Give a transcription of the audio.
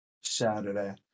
Saturday